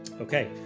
Okay